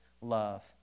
love